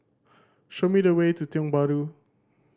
show me the way to Tiong Bahru